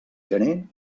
gener